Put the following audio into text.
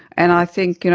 and i think, you know,